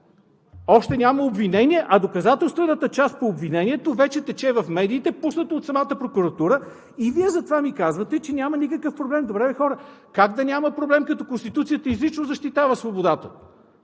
Още няма обвинение, а доказателствената част по обвинението вече тече в медиите, пуснато от самата прокуратура, и Вие затова ми казвате, че няма никакъв проблем. Добре де, хора, как да няма проблем, като Конституцията изрично защитава свободата,